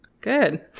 Good